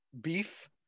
beef